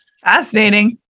Fascinating